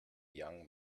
young